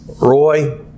roy